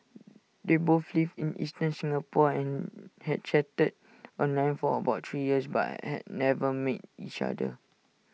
they both lived in eastern Singapore and had chatted online for about three years but had never met each other